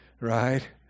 right